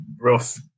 rough